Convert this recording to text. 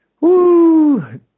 Woo